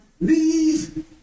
Leave